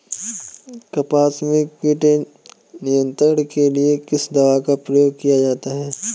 कपास में कीट नियंत्रण के लिए किस दवा का प्रयोग किया जाता है?